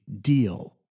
deal